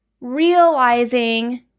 realizing